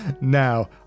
now